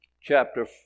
chapter